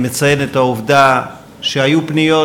אני מציין את העובדה שהיו פניות,